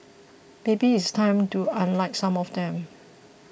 maybe it's time to unlike some of them